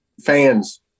fans